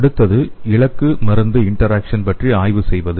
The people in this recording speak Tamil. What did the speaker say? அடுத்தது இலக்கு மருந்து இன்டராக்சன் பற்றி ஆய்வு செய்வது